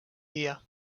dia